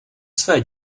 své